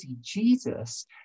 Jesus